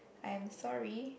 I am sorry